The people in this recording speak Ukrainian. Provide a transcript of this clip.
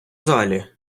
залі